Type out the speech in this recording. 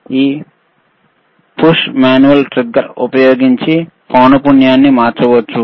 మీరు ఈ పుష్తో మాన్యువల్ ట్రిగ్గర్ ఉపయోగించి పౌనపున్యంని మార్చవచ్చు